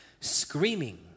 screaming